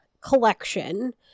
collection